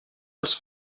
els